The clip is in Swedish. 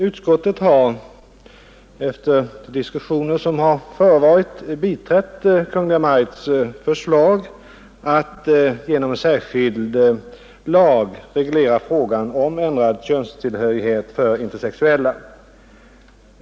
Utskottet har efter de diskussioner som förevarit biträtt Kungl. Maj:ts förslag att genom särskild lag reglera frågan om ändrad könstillhörighet för intersexuella.